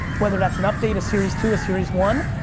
whether that's an update, a series two, a series one.